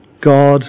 God